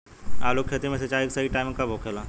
आलू के खेती मे सिंचाई के सही टाइम कब होखे ला?